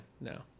no